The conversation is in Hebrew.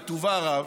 בטובה הרב,